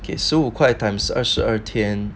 给十五块 times 二十二天